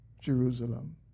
Jerusalem